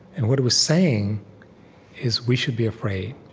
and what it was saying is, we should be afraid.